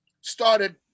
started